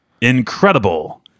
incredible